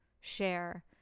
share